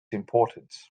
importance